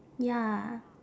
ya